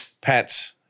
pets